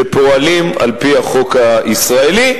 שפועלים על-פי החוק הישראלי,